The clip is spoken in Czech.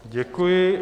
Děkuji.